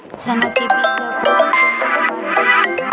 चना के बीज ल कोन से माह म दीही?